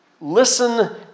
listen